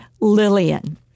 Lillian